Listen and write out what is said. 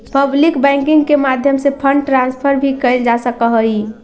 public banking के माध्यम से फंड ट्रांसफर भी कैल जा सकऽ हइ